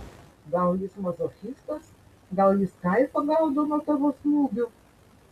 gal jis mazochistas gal jis kaifą gaudo nuo tavo smūgių